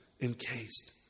encased